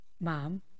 Mom